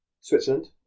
Switzerland